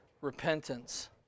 repentance